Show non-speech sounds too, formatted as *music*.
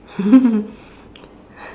*laughs*